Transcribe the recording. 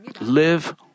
live